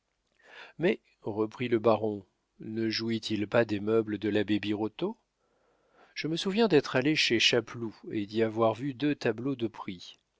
mais reprit le baron ne jouit il pas des meubles de l'abbé birotteau je me souviens d'être allé chez chapeloud et d'y avoir vu deux tableaux de prix